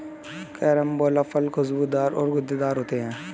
carambola फल खुशबूदार और गूदेदार होते है